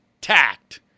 tact